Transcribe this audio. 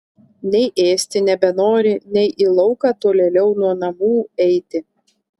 nei ėsti nebenori nei į lauką tolėliau nuo namų eiti